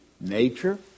nature